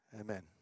Amen